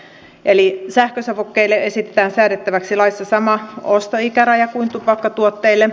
eli sähkösavukkeille esitetään säädettäväksi laissa sama ostoikäraja kuin tupakkatuotteille